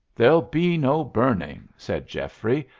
there'll be no burning, said geoffrey,